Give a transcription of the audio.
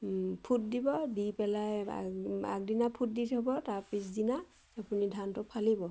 foot দিব দি পেলাই আগদিনা ফুট দি থ'ব তাৰ পিছদিনা আপুনি ধানটো ফালিব